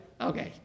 okay